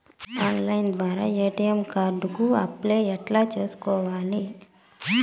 Online ద్వారా ATM card కు apply ఎట్లా సేసుకోవాలి?